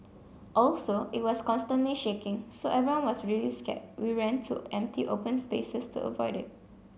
also it was constantly shaking so everyone was really scared we ran to empty open spaces to avoid it